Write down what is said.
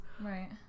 Right